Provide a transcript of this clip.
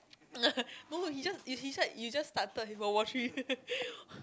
no he just it's you just started his world war three